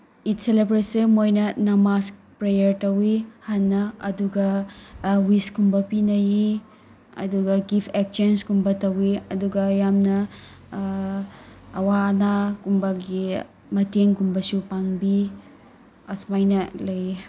ꯏꯗ ꯁꯦꯂꯤꯕ꯭ꯔꯦꯠꯁꯦ ꯃꯣꯏꯅ ꯅꯃꯥꯖ ꯄ꯭ꯔꯦꯌꯔ ꯇꯧꯏ ꯍꯥꯟꯅ ꯑꯗꯨꯒ ꯋꯤꯁꯀꯨꯝꯕ ꯄꯤꯅꯩ ꯑꯗꯨꯒ ꯒꯤꯐ ꯑꯦꯛꯁꯆꯦꯟꯖꯒꯨꯝꯕ ꯇꯧꯏ ꯑꯗꯨꯒ ꯌꯥꯝꯅ ꯑꯋꯥ ꯑꯅꯥꯒꯨꯝꯕꯒꯤ ꯃꯇꯦꯡꯒꯨꯝꯕꯁꯨ ꯄꯥꯡꯕꯤ ꯑꯁꯨꯃꯥꯏꯅ ꯂꯩꯌꯦ